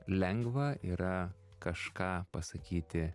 lengva yra kažką pasakyti